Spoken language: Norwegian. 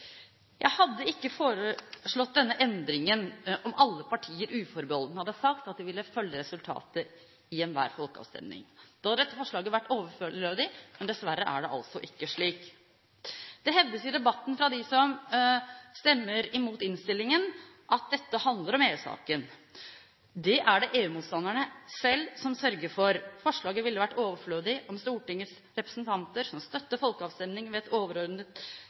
Jeg hadde ikke foreslått denne endringen om alle partier uforbeholdent hadde sagt at de vil følge resultatet i enhver folkeavstemning. Da hadde dette forslaget vært overflødig. Men dessverre er det altså ikke slik. Det hevdes i debatten – fra dem som stemmer mot innstillingen – at dette handler om EU-saken. Det er det EU-motstanderne selv som sørger for. Forslaget ville vært overflødig om Stortingets representanter som støtter folkeavstemning ved